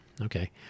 Okay